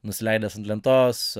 nusileidęs ant lentos